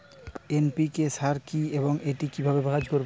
NPK সার কি এবং এটি কিভাবে কাজ করে?